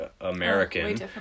american